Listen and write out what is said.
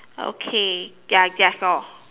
okay ya that's all